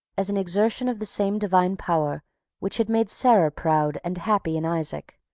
as an exertion of the same divine power which had made sarah proud and happy in isaac,